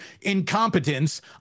incompetence